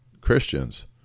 christians